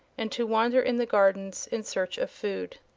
and to wander in the gardens in search of food.